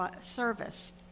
service